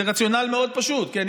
זה רציונל מאוד פשוט, כן?